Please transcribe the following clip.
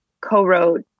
co-wrote